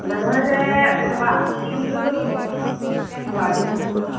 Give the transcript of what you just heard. ᱞᱟᱹᱲᱦᱟᱹᱭ ᱨᱮ ᱵᱟᱝ ᱠᱩᱲᱤ ᱜᱤᱫᱽᱨᱟᱹ ᱫᱚ ᱵᱟᱱᱩᱜ ᱠᱚᱣᱟ ᱮᱠᱮᱱ ᱠᱚᱲᱟ ᱜᱮ ᱦᱮᱱᱟᱜ ᱠᱚᱣᱟ